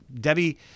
Debbie